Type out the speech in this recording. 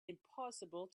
impossible